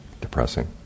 depressing